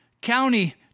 county